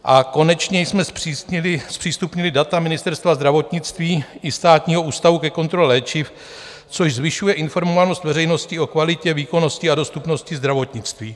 A konečně jsme zpřístupnili data Ministerstva zdravotnictví i Státního ústavu pro kontrolu léčiv, což zvyšuje informovanost veřejnosti o kvalitě, výkonnosti a dostupnosti zdravotnictví.